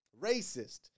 racist